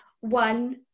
one